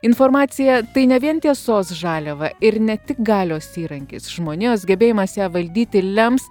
informacija tai ne vien tiesos žaliava ir ne tik galios įrankis žmonijos gebėjimas ją valdyti lems